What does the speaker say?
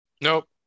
Nope